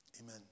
amen